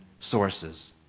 sources